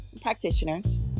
practitioners